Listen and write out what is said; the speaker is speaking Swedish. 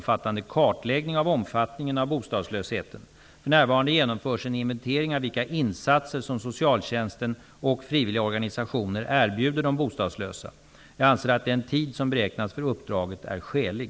För närvarande genomförs en inventering av vilka insatser som socialtjänsten och frivilliga organisationer erbjuder de bostadslösa. Jag anser att den tid som beräknats för uppdraget är skälig.